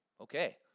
okay